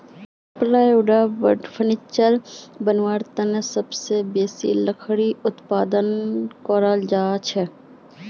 plywood आर furniture बनव्वार तने सबसे बेसी लकड़ी उत्पादन कराल जाछेक